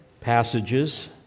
Passages